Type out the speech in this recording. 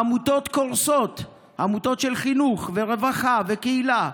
עמותות קורסות, עמותות של חינוך ורווחה וקהילה,